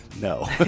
No